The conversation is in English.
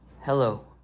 Hello